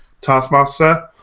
Taskmaster